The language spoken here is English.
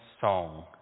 song